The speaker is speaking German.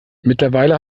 mittlerweile